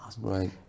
Right